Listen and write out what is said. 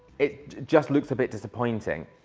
it just looks a bit disappointing.